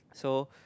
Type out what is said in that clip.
so